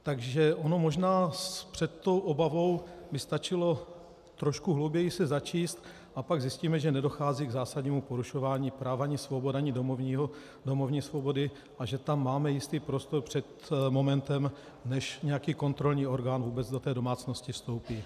Takže ono možná před tou obavou by stačilo trošku hlouběji se začíst a pak zjistíme, že nedochází k zásadnímu porušování práv ani svobod ani domovní svobody a že tam máme jistý prostor před momentem, než nějaký kontrolní orgán vůbec do té domácnosti vstoupí.